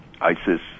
ISIS